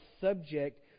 subject